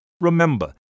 Remember